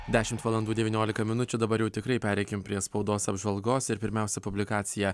dešimt valandų devyniolika minučių dabar jau tikrai pereikim prie spaudos apžvalgos ir pirmiausia publikacija